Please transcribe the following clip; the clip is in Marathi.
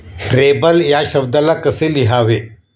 ट्रेबल या शब्दाला कसे लिहावे